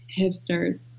hipsters